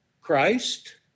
Christ